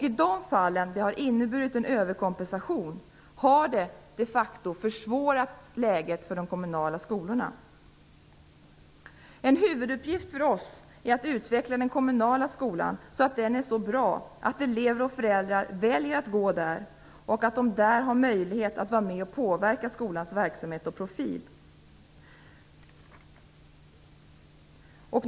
I de fall det har skett en överkompensation har det, de facto, försvårat läget för de kommunala skolorna. En huvuduppgift för oss är att utveckla den kommunala skolan så att den blir så bra att elever och föräldrar väljer den och att de där får möjlighet att vara med och påverka skolans verksamhet och profil.